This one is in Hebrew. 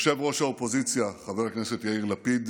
ראש האופוזיציה חבר הכנסת יאיר לפיד,